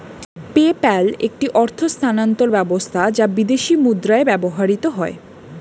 PayPal একটি অর্থ স্থানান্তর ব্যবস্থা যা বিদেশী মুদ্রায় ব্যবহৃত হয়